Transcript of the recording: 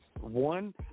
One